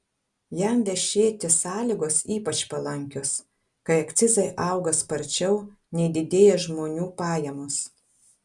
jam vešėti sąlygos ypač palankios kai akcizai auga sparčiau nei didėja žmonių pajamos